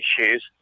issues